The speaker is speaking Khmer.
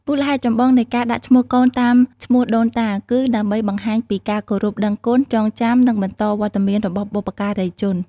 មូលហេតុចម្បងនៃការដាក់ឈ្មោះកូនតាមឈ្មោះដូនតា គឺដើម្បីបង្ហាញពីការគោរពដឹងគុណ ចងចាំ និងបន្តវត្តមានរបស់បុព្វការីជន។